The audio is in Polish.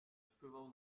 spływał